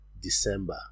December